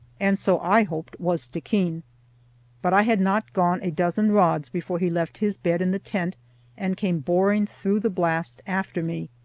and so, i hoped, was stickeen but i had not gone a dozen rods before he left his bed in the tent and came boring through the blast after me.